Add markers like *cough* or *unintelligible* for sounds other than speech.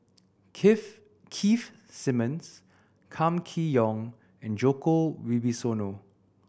*unintelligible* Keith Simmons Kam Kee Yong and Djoko Wibisono